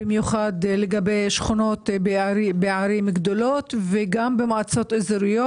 במיוחד לגבי שכונות בערים גדולות וגם במועצות אזוריות.